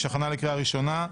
הכנה לקריאה ראשונה.